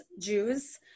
Jews